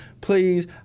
please